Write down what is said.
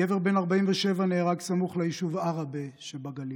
גבר בן 47 נהרג סמוך ליישוב עראבה שבגליל.